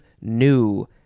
new